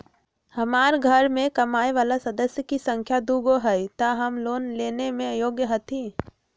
हमार घर मैं कमाए वाला सदस्य की संख्या दुगो हाई त हम लोन लेने में योग्य हती?